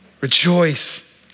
Rejoice